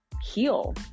heal